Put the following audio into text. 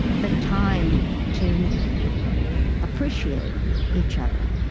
the time to appreciate each other,